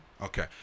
Okay